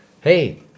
hey